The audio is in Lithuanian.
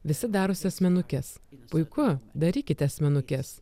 visi darosi asmenukes puiku darykite asmenukes